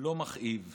לא מכאיב.